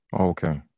okay